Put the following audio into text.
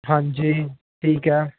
ਹਾਂਜੀ ਠੀਕ ਐ